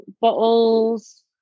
bottles